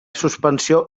suspensió